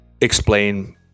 explain